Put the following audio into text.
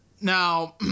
Now